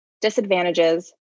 disadvantages